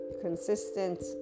consistent